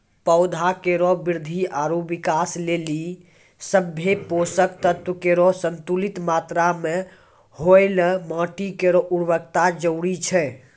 पौधा केरो वृद्धि आरु विकास लेलि सभ्भे पोसक तत्व केरो संतुलित मात्रा म होवय ल माटी केरो उर्वरता जरूरी छै